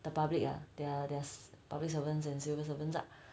the public ah their there's public servants and civil servants lah